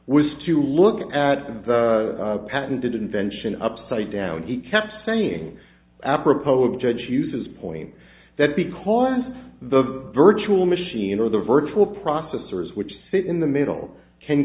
was to look at the patented invention upside down he kept saying apropos of judge uses point that because the virtual machine or the virtual processors which sit in the middle can